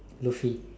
Luffy